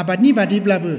आबादनि बादैब्लाबो